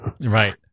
right